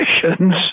conditions